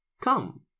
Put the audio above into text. Come